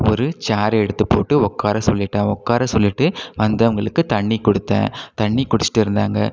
ஒரு சேர எடுத்து போட்டு உட்கார சொல்லிவிட்டேன் உட்கார சொல்லிவிட்டு வந்தவங்களுக்கு தண்ணி கொடுத்தேன் தண்ணி குடிச்சிட்டிருந்தாங்க